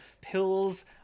pills